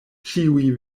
ĉiuj